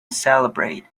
celebrate